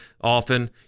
often